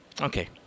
Okay